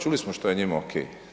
Čuli smo što je njima ok.